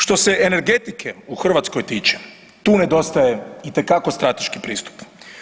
Što se energetike u Hrvatskoj tiče, tu nedostaje itekako strateški pristup.